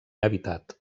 habitat